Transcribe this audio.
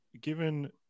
Given